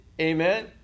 Amen